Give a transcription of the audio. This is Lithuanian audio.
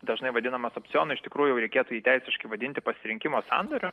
dažnai vadinamas opcionu iš tikrųjų reikėtų jį teisiškai vadinti pasirinkimo sandoriu